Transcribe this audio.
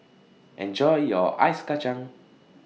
Enjoy your Ice Kacang